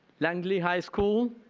langley high school,